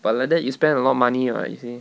but like that you spend a lot of money [what] you see